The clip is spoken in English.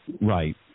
Right